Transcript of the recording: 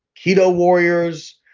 keto warriors,